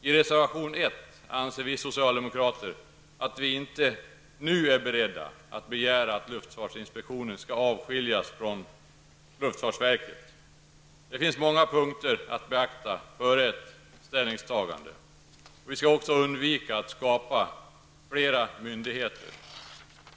I reservation nr 1 anser vi socialdemokrater att vi nu inte är beredda att begära att luftfartsinspektionen skall avskiljas från luftfartsverket. Det finns många punkter att beakta före ett ställningstagande. Vi skall också undvika att skapa flera myndigheter.